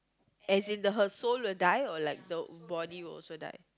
as in the her soul will die or like the body will also die